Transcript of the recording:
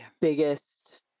biggest